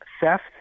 theft